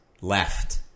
left